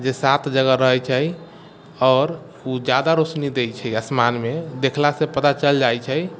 जे सात जगह रहैत छै आओर ओ जादा रोशनी दै छै आसमानमे देखला से पता चलि जाइत छै